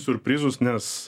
siurprizus nes